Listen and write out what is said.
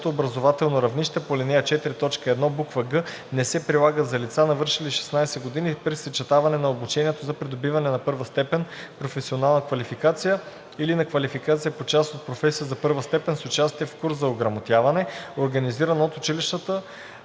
образователно равнище по ал. 4, т. 1, буква „г“ не се прилагат за лица, навършили 16 години, при съчетаване на обучението за придобиване на първа степен професионална квалификация или на квалификация по част от професия за първа степен с участие в курс за ограмотяване, организиран от училищата